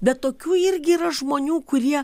bet tokių irgi yra žmonių kurie